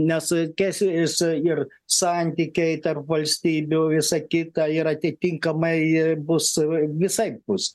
nes kes jis ir santykiai tarp valstybių visa kita ir atitinkamai bus visai bus